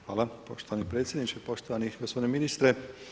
Hvala poštovani predsjedniče, poštovani gospodine ministre.